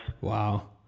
Wow